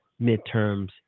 midterms